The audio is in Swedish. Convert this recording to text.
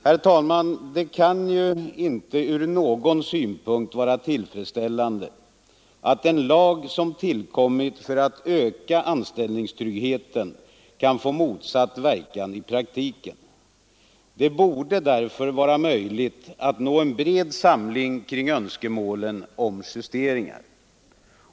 Herr talman! Det kan ju inte ur någon synpunkt vara tillfredsställande att en lag som tillkommit för att öka anställningstryggheten kan få motsatt verkan i praktiken. Det borde därför vara möjligt att nå en bred samling kring önskemålen om justeringar.